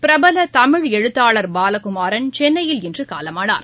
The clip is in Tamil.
பிரபல தமிழ் எழுத்தாளர் பாலகுமாரன் சென்னையில் இன்று காலமானார்